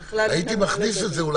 אני מבין שיש על זה הסכמה?